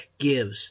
gives